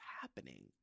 happening